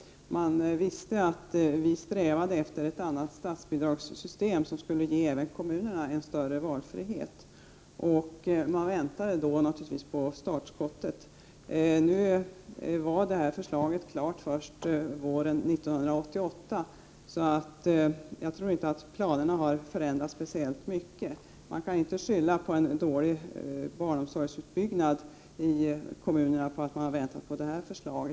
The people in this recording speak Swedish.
Man visste att vi strävade efter ett annat statsbidragssystem som skulle ge även kommunerna större valfrihet. Man väntade naturligtvis på startskottet. Nu var förslaget klart först våren 1988, så jag tror inte att planerna har förändrats speciellt mycket. Man kan inte kritisera kommunerna för dålig barnomsorgsutbyggnad när de har väntat på detta förslag.